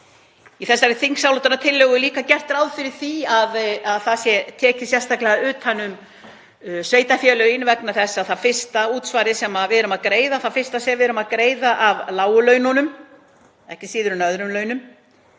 Í þessari þingsályktunartillögu er líka gert ráð fyrir því að það sé tekið sérstaklega utan um sveitarfélögin vegna þess að það fyrsta sem við erum að greiða, af lágu laununum ekki síður en öðrum launum,